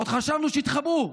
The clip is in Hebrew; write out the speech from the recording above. עוד חשבנו שתתחבאו,